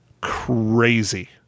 crazy